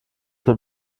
mit